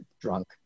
drunk